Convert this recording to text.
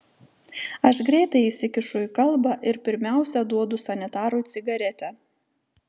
aš greitai įsikišu į kalbą ir pirmiausia duodu sanitarui cigaretę